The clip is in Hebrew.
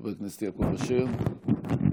חבר הכנסת יעקב אשר נמצא?